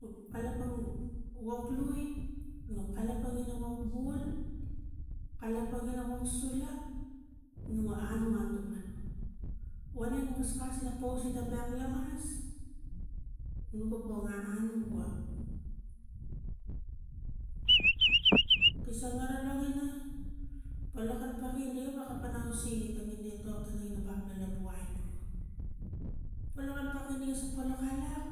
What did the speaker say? Nuk kalapang wil liu nuk kalapang inia wil bul kalapang ina wil sula nuga anu atuman money nuga kaskas ina pausi tang bek lamas nuga poh anu gua kisang gavek longina polokam pakin ri ga weka pana usigi tangina etok teh rugina bap lolabu aino polokam pakin riga sa polok alak